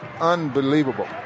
unbelievable